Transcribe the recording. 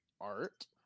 art